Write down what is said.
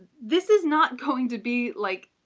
this is not going to be like,